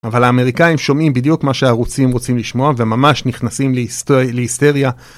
אבל האמריקאים שומעים בדיוק מה שהרוסים רוצים לשמוע, וממש נכנסים להיסטריה.